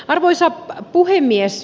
arvoisa puhemies